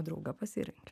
draugą pasirenki